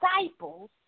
disciples